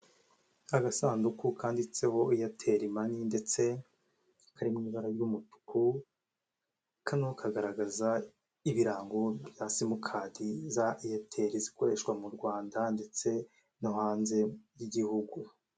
Agasanduku kanditseho aitel money ndetse karimo ibara ry'umutuku kano kagaragaza ibirango bya simukadi za airtel zikoreshwa mu Rwanda ndetse no hanze y'igihugu.